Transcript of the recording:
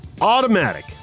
Automatic